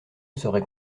serait